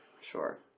Sure